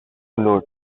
load